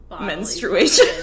Menstruation